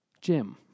Jim